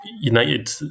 United